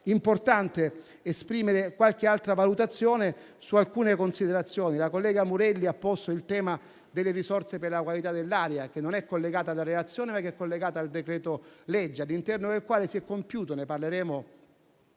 importante esprimere qualche altra valutazione su alcune considerazioni. La collega Murelli ha posto il tema delle risorse per la qualità dell'aria, che è collegato non alla relazione, ma al decreto-legge all'interno del quale si è compiuta un'operazione